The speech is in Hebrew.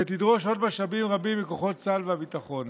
שתדרוש עוד משאבים רבים מכוחות צה"ל והביטחון.